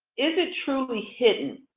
is it truly hidden,